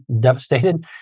devastated